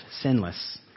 Sinless